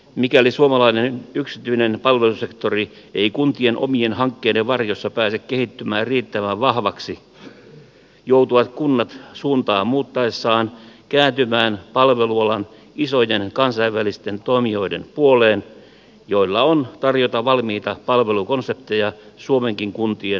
mikäli suomalainen yksityinen palvelusektori ei kuntien omien hankkeiden varjossa pääse kehittymään riittävän vahvaksi joutuvat kunnat suuntaa muuttaessaan kääntymään palvelualan isojen kansainvälisten toimijoiden puoleen joilla on tarjota valmiita palvelukonsepteja suomenkin kuntien tarpeisiin